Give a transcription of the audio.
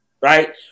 right